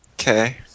Okay